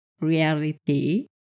reality